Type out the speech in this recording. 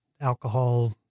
alcohol